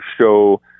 show